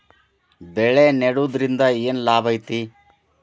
ಬೆಳೆ ನೆಡುದ್ರಿಂದ ಏನ್ ಲಾಭ ಐತಿ?